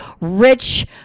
rich